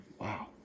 Wow